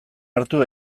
hartu